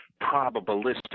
probabilistic